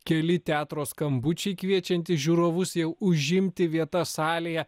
keli teatro skambučiai kviečiantys žiūrovus jau užimti vietas salėje